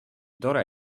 tore